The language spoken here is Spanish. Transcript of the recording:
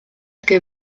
que